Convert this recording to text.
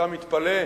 אתה מתפלא?